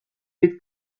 with